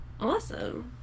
Awesome